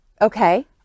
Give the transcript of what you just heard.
Okay